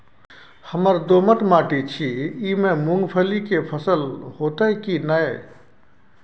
हमर दोमट माटी छी ई में मूंगफली के फसल होतय की नय?